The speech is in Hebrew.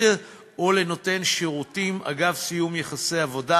או לנותן שירותים אגב סיום יחסי עבודה,